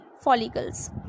follicles